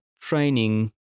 training